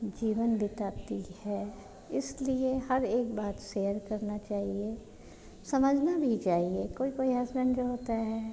जीवन बिताती है इसलिए हर एक बात सेयर करना चाहिए समझना भी चाहिए कोई कोई हसबेन्ड जो होते हैं